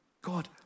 God